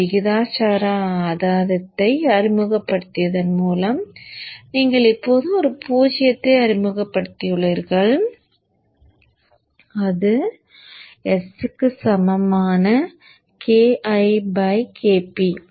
ஒரு விகிதாசார ஆதாயத்தை அறிமுகப்படுத்தியதன் மூலம் நீங்கள் இப்போது ஒரு பூஜ்ஜியத்தை அறிமுகப்படுத்தியுள்ளீர்கள் அது s க்கு சமமான Ki by Kp